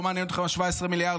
לא מעניין אתכם ה-17 מיליארד,